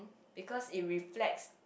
because it reflects